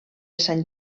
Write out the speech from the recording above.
sant